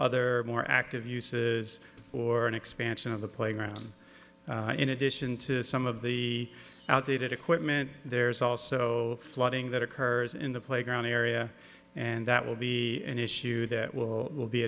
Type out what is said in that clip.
other more active uses or an expansion of the playground in addition to some of the outdated equipment there's also flooding that occurs in the playground area and that will be an issue that will